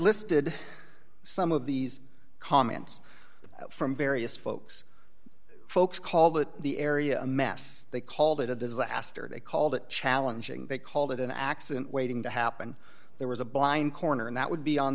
listed some of these comments from various folks folks call that the area a mess they called it a disaster they called it challenging they called it an accident waiting to happen there was a blind corner and that would be on